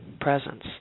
presence